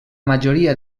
majoria